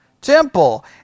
temple